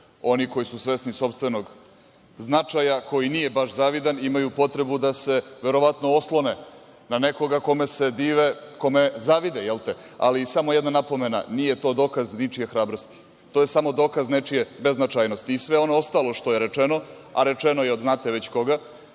Oni koji su svesni sopstvenog značaja, koji nije baš zavidan, imaju potrebu da se verovatno oslone na nekoga kome se dive, kome zavide. Ali, samo jedna napomena, nije to dokaz ničije hrabrosti. To je samo dokaz nečije beznačajnosti. Sve ono ostalo što je rečeno, a rečeno je od znate već koga,